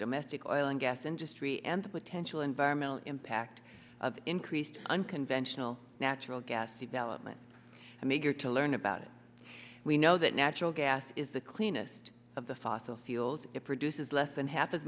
domestic oil and gas industry and the potential environmental impact of increased unconventional natural gas development i'm eager to learn about it we know that natural gas is the cleanest of the fossil fuels it produces less than half as